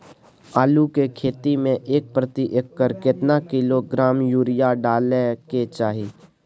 आलू के खेती में प्रति एकर केतना किलोग्राम यूरिया डालय के चाही?